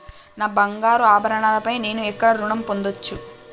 నా బంగారు ఆభరణాలపై నేను ఎక్కడ రుణం పొందచ్చు?